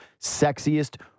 sexiest